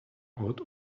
out